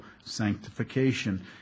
sanctification